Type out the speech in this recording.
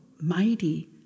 mighty